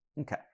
Okay